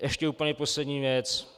Ještě úplně poslední věc.